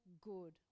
good